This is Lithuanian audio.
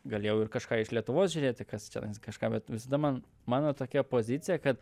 galėjau ir kažką iš lietuvos žiūrėti kas čionais kažką bet visada man mano tokia pozicija kad